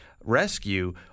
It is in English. rescue